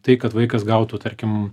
tai kad vaikas gautų tarkim